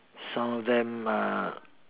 some of them uh